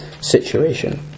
situation